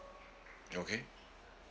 okay